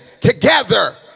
together